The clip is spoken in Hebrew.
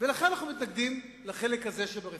ולכן אנחנו מתנגדים לחלק הזה שברפורמה.